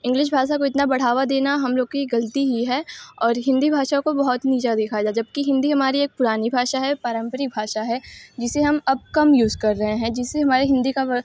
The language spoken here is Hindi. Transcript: इंग्लिश भाषा को इतना बढ़ावा देना हम लोग की ग़लती ही है और हिन्दी भाषा को बहुत नीचा देखा जा जब कि हिन्दी हमारी एक पुरानी भाषा है पारंपरिक भाषा है जिसे हम अब कम यूज़ कर रहे हैं जिससे हमारी हिन्दी का वा